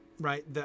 right